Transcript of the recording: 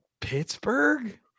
Pittsburgh